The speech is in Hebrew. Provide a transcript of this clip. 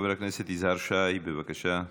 חבר הכנסת יזהר שי, בבקשה,